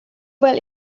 weil